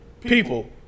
People